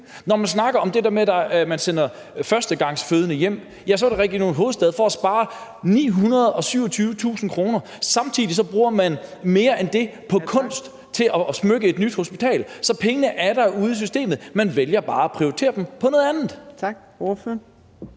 Når man snakker om det der med, at man sender førstegangsfødende hjem i Region Hovedstaden, så var det for at spare 927.000 kr., men samtidig bruger man mere end det på kunst til at udsmykke et nyt hospital. Så pengene er derude i systemet. Man vælger bare at prioritere dem på noget andet. Kl. 18:52 Fjerde